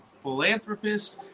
philanthropist